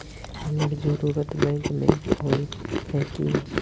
अगर जरूरत बैंक में होय है की?